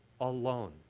alone